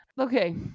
Okay